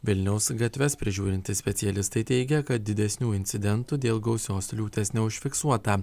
vilniaus gatves prižiūrintys specialistai teigia kad didesnių incidentų dėl gausios liūties neužfiksuota